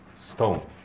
stone